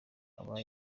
aba